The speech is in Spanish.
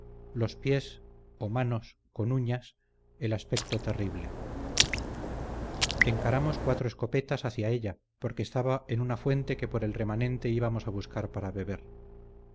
dos pies o manos con uñas el aspecto terrible encaramos cuatro escopetas hacia ella porque estaba en una fuente que por el remanente íbamos a buscar para beber